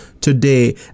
today